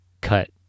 cut